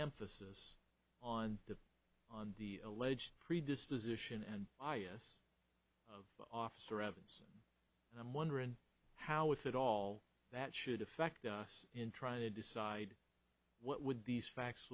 emphasis on the on the alleged predisposition and i a s officer evans i'm wondering how if at all that should affect us in trying to decide what would these facts